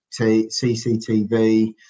CCTV